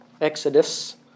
Exodus